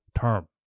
term